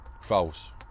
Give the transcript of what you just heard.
False